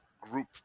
group